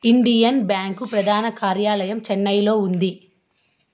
Indian Bank ప్రధాన కార్యాలయం చెన్నైలో ఉంది